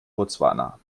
botswana